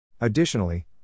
Additionally